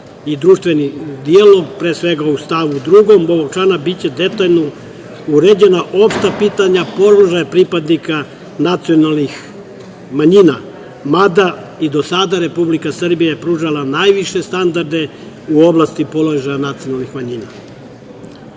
i društveni dijalog. Pre svega, u stavu 2. ovog člana biće detaljno uređena opšta pitanja položaja pripadnika nacionalnih manjina, mada i do sada Republika Srbije je pružala najviše standarde u oblasti položaja nacionalnih manjina. Stavom